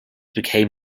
became